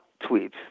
tweets